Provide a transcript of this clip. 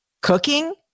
cooking